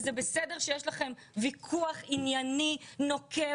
זה בסדר שיש לכם ויכוח ענייני נוקב,